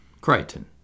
Crichton